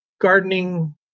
Gardening